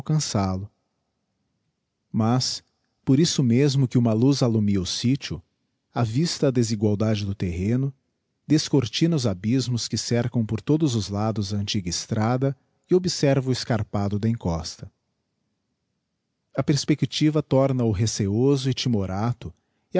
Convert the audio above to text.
aleançal o mas por isso mesmo que uma luz allumia o sitio avista a desegualdade do terreno descortina os abysmos que cercam por todos os lados a antiga estrada e observa o escarpado da encosta a perspectiva torna o receioso e timorato